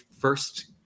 first